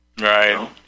Right